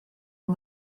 yng